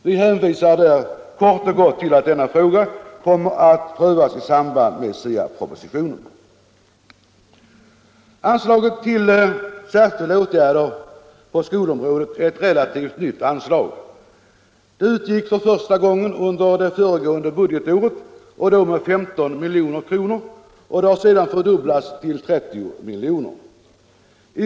Vi hänvisar kort och gott till att denna fråga kommer att prövas i samband med SIA-propositionen. Anslaget till särskilda åtgärder på skolområdet är relativt nytt. Det utgick första gången under det föregående budgetåret och då med 15 milj.kr. Det har sedan fördubblats till 30 milj.kr.